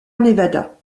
nevada